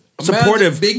supportive